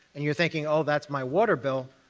and you're thinking, oh, that's my water bill,